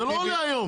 זה לא עולה היום.